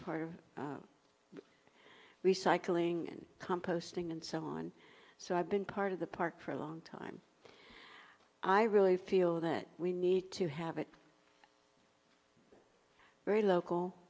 part of recycling composting and so on so i've been part of the park for a long time i really feel that we need to have it very local